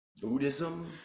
Buddhism